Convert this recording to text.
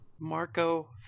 marco